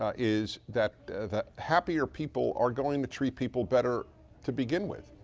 ah is that that happier people are going to treat people better to begin with.